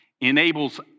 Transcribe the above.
enables